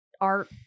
art